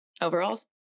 overalls